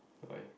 why